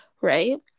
Right